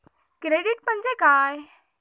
Credit म्हणजे काय?